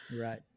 Right